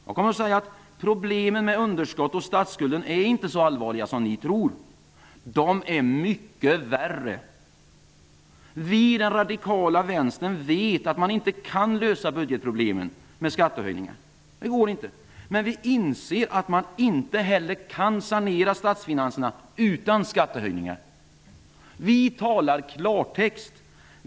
Jag kommer att säga: Problemen med underskott och statsskuld inte är så allvarliga som ni tror -- de är mycket värre. Vi i den radikala vänstern vet att man inte kan lösa budgetproblemen med skattehöjningar -- det går inte -- men vi inser att man inte heller kan sanera statsfinanserna utan skattehöjningar. Vi talar klartext.